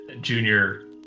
Junior